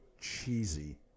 cheesy